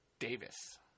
Davis